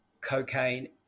cocaine